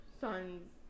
son's